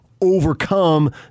overcome